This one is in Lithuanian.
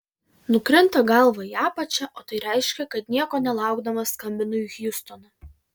nukrinta galva į apačią o tai reiškia kad nieko nelaukdamas skambinu į hjustoną